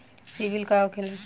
सीबील का होखेला?